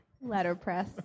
Letterpress